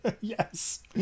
yes